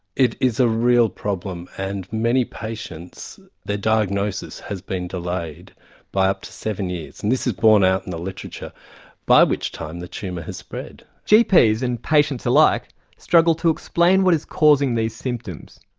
it is a real problem and many patients their diagnosis has been delayed by up to seven years and this is borne out in the literature by which time the tumour has spread. gps and patients alike struggle to explain what is causing these symptoms.